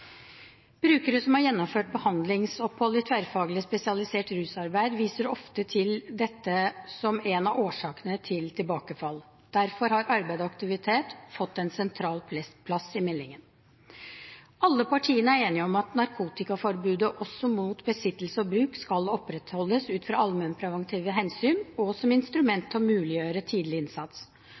Brukere som har gjennomført behandlingsopphold i tverrfaglig spesialisert rusarbeid, viser ofte til dette som en av årsakene til tilbakefall. Derfor har arbeid og aktivitet fått en sentral plass i meldingen. Alle partiene er enige om at narkotikaforbudet, også mot besittelse og bruk, skal opprettholdes ut fra allmennpreventive hensyn og som instrument til å muliggjøre tidlig innsats.